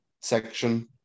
section